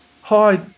hi